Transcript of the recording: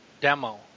demo